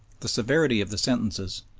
the severity of the sentences,